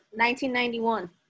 1991